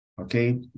Okay